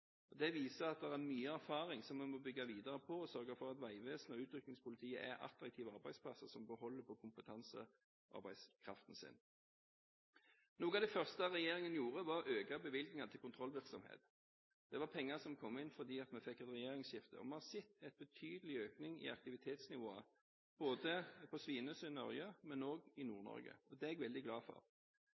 Det viser at det er mye erfaring som vi må bygge videre på, og vi må sørge for at Vegvesenet og Utrykningspolitiet er attraktive arbeidsplasser som holder på kompetansearbeidskraften sin. Noe av det første regjeringen gjorde, var å øke bevilgningene til kontrollvirksomhet. Det var penger som kom inn fordi vi fikk et regjeringsskifte, og vi har sett en betydelig økning i aktivitetsnivået, både på Svinesund/Ørje og i Nord-Norge. Det er jeg veldig glad for. Det jeg merket da jeg